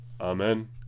Amen